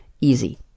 Easy